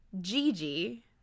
Gigi